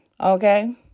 okay